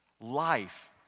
life